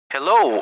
Hello